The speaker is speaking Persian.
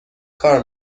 کار